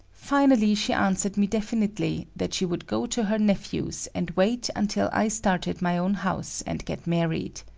finally she answered me definitely that she would go to her nephew's and wait until i started my own house and get married.